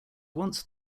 once